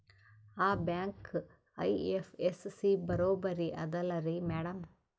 ಆ bank IFSC ಬರೊಬರಿ ಅದಲಾರಿ ಮ್ಯಾಡಂ?